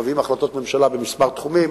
אנחנו מביאים החלטות ממשלה בכמה תחומים.